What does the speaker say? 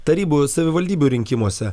tarybų savivaldybių rinkimuose